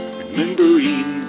remembering